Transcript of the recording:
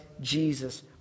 Jesus